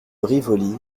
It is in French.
rivoli